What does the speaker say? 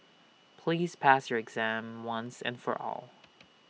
please pass your exam once and for all